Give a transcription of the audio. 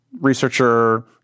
researcher